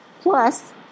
plus